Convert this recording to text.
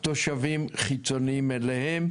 תושבים חיצוניים אליהם.